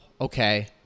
Okay